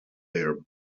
their